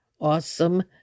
awesome